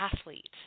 athlete